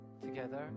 together